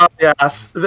Yes